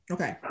Okay